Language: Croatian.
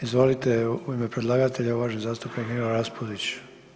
Izvolite u ime predlagatelja uvaženi zastupnik Nino Raspudić.